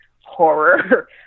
horror